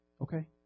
Okay